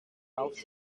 auf